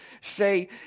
say